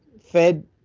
fed